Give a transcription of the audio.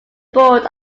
board